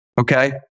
Okay